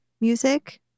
music